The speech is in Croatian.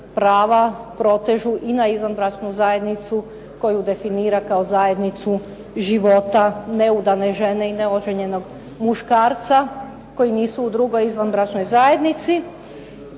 prava protežu i na izvanbračnu zajednicu koju definira kao zajednicu života neudane žene i neoženjenog muškarca koji nisu u drugoj izvanbračnoj zajednici,